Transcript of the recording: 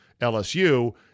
LSU